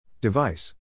Device